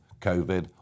COVID